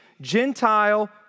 Gentile